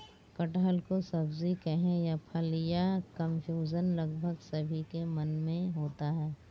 कटहल को सब्जी कहें या फल, यह कन्फ्यूजन लगभग सभी के मन में होता है